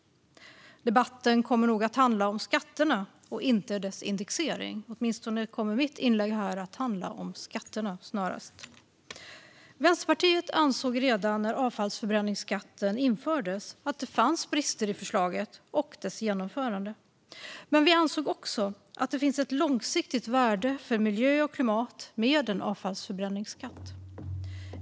Debatten kommer nog att handla om skatterna och inte om deras indexering. Åtminstone kommer mitt inlägg här snarast att handla om skatterna. Vänsterpartiet ansåg redan när avfallsförbränningsskatten infördes att det fanns brister i förslaget och dess genomförande. Men vi ansåg också att det finns ett långsiktigt värde för miljö och klimat med en avfallsförbränningsskatt.